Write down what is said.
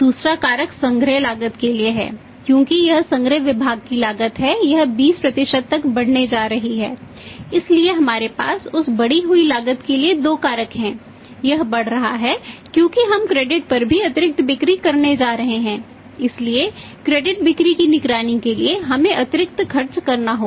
दूसरा कारक संग्रह लागत के लिए है क्योंकि यह संग्रह विभाग की लागत है यह 20 तक बढ़ने जा रहा है इसलिए हमारे पास उस बढ़ी हुई लागत के लिए दो कारक हैं यह बढ़ रहा है क्योंकि हम क्रेडिट बिक्री की निगरानी के लिए हमें अतिरिक्त खर्च करना होगा